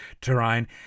terrain